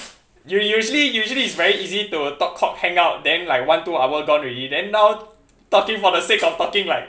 u~ usually usually it's very easy to talk cock hangout then like one two hour gone already then now talking for the sake of talking like